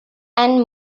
and